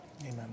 Amen